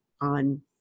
on